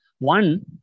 One